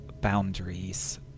boundaries